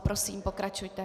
Prosím, pokračujte.